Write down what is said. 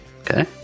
okay